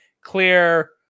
clear